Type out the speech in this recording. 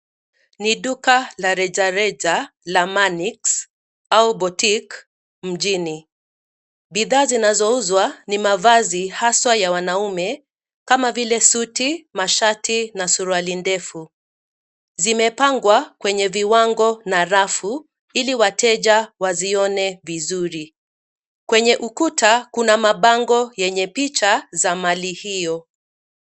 Ni duka la rejareja la 'Manix' au boutique mjini. Bidhaa zinazouzwa ni mavazi, haswa ya wanaume, kama vile: suti, mashati na suruali ndefu. Zimepangwa kwenye viwango na rafu ili wateja wazione vizuri. Kwenye ukuta, kuna mabango yenye picha za mali hiyo.